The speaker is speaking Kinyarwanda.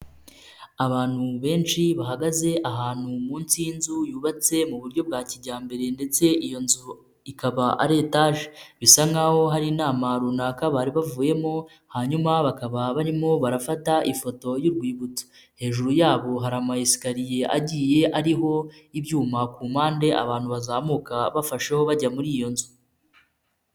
Abantu benshi bahagaze ahantu munsi y'inzu yubatse mu buryo bwa kijyambere ndetse iyo nzu ikaba ari etaje, bisa nkaho hari inama runaka bari bavuyemo, hanyuma bakaba barimo barafata ifoto y'urwibutso, hejuru yabo hari amayisikariye agiye ariho ibyuma ku mpande, abantu bazamuka bafasheho bajya muri iyo nzu.